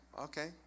okay